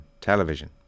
television